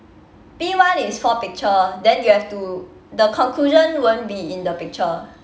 P one is four picture then you have to the conclusion won't be in the picture